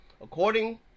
According